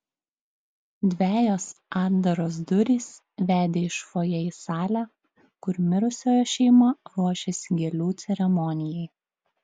dvejos atdaros durys vedė iš fojė į salę kur mirusiojo šeima ruošėsi gėlių ceremonijai